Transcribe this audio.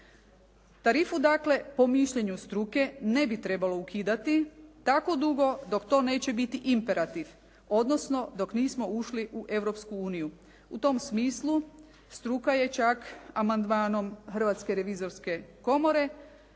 Tarifu dakle po mišljenju struke ne bi trebalo ukidati tako dugo dok to neće biti imperativ, odnosno dok nismo ušli u Europsku uniju. U tom smislu struka je čak amandmanom Hrvatske revizorske komore,